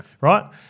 right